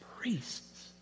priests